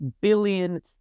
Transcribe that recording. billion